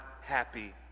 happy